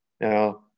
Now